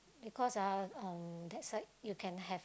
because uh um that side you can have